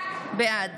בעד